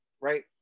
Right